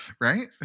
Right